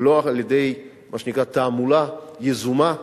ולא על-ידי מה שנקרא תעמולה יזומה,